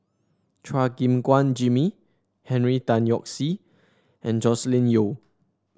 Chua Gim Guan Jimmy Henry Tan Yoke See and Joscelin Yeo